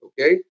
okay